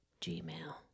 Gmail